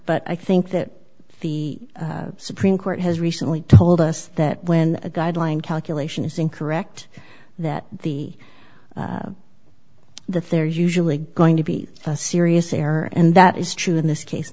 but i think that the supreme court has recently told us that when a guideline calculation is incorrect that the that there is usually going to be a serious error and that is true in this case